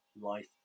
life